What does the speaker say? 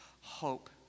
hope